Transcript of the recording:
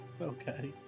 Okay